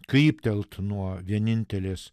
kryptelti nuo vienintelės